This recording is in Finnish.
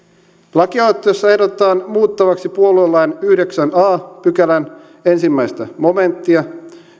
lakialoitteessa ehdotetaan muutettavaksi puoluelain yhdeksännen a pykälän ensimmäinen momenttia